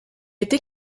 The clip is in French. était